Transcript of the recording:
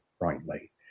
rightly